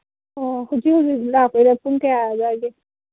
ꯑꯣ ꯍꯧꯖꯤꯛ ꯍꯧꯖꯤꯛ ꯂꯥꯛꯇꯣꯏꯔ ꯄꯨꯡ ꯀꯌꯥ ꯑꯗ꯭ꯋꯥꯏꯗ